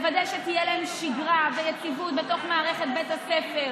לוודא שתהיה להם שגרה ויציבות בתוך מערכת בית הספר,